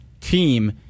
team